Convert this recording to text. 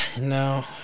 No